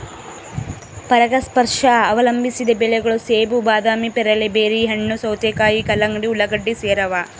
ಪರಾಗಸ್ಪರ್ಶ ಅವಲಂಬಿಸಿದ ಬೆಳೆಗಳು ಸೇಬು ಬಾದಾಮಿ ಪೇರಲೆ ಬೆರ್ರಿಹಣ್ಣು ಸೌತೆಕಾಯಿ ಕಲ್ಲಂಗಡಿ ಉಳ್ಳಾಗಡ್ಡಿ ಸೇರವ